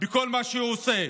בכל מה שהוא עושה.